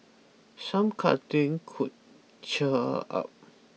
some cuddling could cheer her up